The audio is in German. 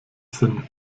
sinn